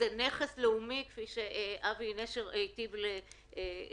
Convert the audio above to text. זהו נכס לאומי, כפי שאבי נשר היטיב לתאר.